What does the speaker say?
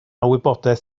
wybodaeth